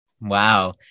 wow